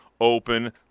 Open